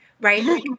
Right